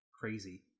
crazy